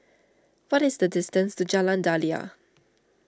what is the distance to Jalan Daliah